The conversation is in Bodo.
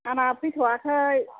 आंना फैथ'आखै